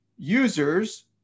users